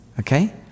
Okay